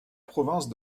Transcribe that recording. province